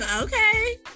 okay